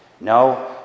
No